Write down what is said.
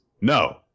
no